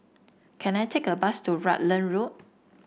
can I take a bus to Rutland Road